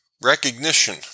recognition